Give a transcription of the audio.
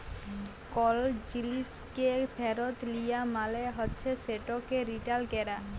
call জিলিসকে ফিরত লিয়া মালে হছে সেটকে রিটার্ল ক্যরা